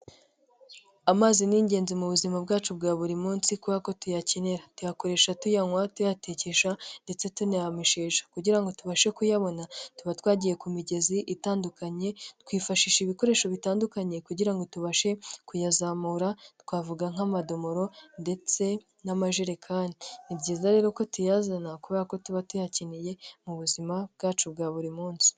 Amazi ni'ingenzi mu buzima bwacu bwa buri munsi kuko tuyakenera, tuyakoresha tuyanywa, tuyatekesha ndetse tunayameshesha, kugira ngo tubashe kuyabona tuba twagiye ku migezi itandukanye twifashisha ibikoresho bitandukanye kugira ngo tubashe kuyazamura twavuga nk'amadomoro, ndetse n'amajerekani. Ni byiza rero ko tuyazana kubera ko tuba tuyakeneye mu buzima bwacu bwa buri munsi.